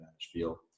spiel